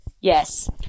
Yes